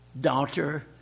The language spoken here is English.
daughter